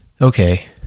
Okay